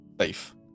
safe